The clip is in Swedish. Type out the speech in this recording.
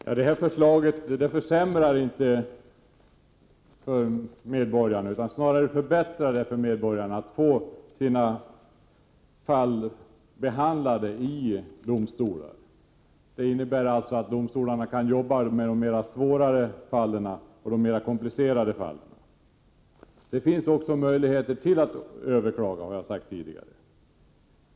Herr talman! Det här förslaget försämrar inte för medborgarna utan förbättrar snarare möjligheterna för medborgarna att få sina fall behandlade i domstolar. Det innebär alltså att domstolarna kan arbeta med de svårare och mer komplicerade fallen. Som jag tidigare sagt finns också möjligheter att överklaga.